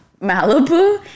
Malibu